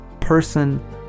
Person